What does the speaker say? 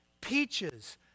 Peaches